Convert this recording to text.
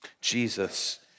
Jesus